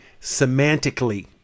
semantically